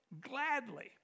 gladly